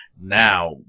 Now